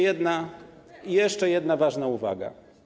I jeszcze jedna, ważna uwaga.